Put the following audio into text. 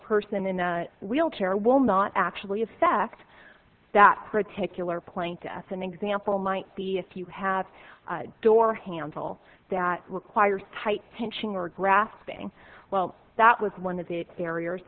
person in a wheelchair will not actually affect that particular plane to us an example might be if you have a door handle that requires tight pinching or grasping well that was one of the barriers